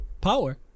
power